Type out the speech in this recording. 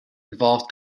involved